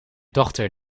dochter